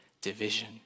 division